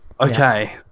Okay